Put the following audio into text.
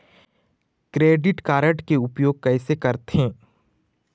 Credit card के उपयोग कैसे करथे?